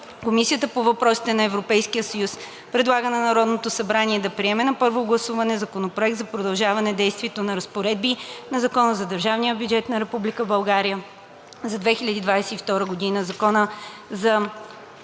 Комисията по въпросите на Европейския съюз предлага на Народното събрание да приеме на първо гласуване Законопроект за продължаване действието на разпоредби на Закона за държавния бюджет на Република България за 2022 г., Закона за